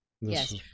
Yes